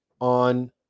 on